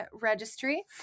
Registry